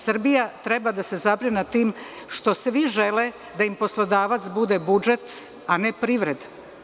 Srbija treba da se zabrine nad tim što svi žele da im poslodavac bude budžet, a ne privreda.